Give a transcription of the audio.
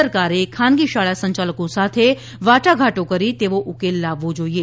સરકારે ખાનગી શાળા સંચાલકો સાથે વાટાઘાટો કરી તેવો ઉકેલ લાવવો જોઈએ